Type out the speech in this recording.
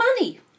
money